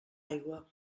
aigua